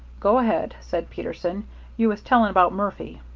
go ahead, said peterson you was telling about murphy.